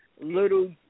little